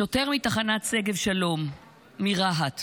שוטר מתחנת שגב שלום מרהט,